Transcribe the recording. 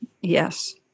Yes